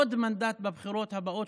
עוד מנדט בבחירות הבאות,